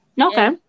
Okay